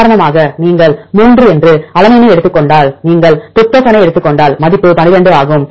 உதாரணமாக நீங்கள் 3 என்று அலனைனை எடுத்துக் கொண்டால் நீங்கள் டிரிப்டோபனை எடுத்துக் கொண்டால் மதிப்பு 12 ஆகும்